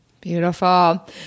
Beautiful